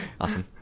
Awesome